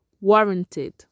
Warranted